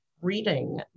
reading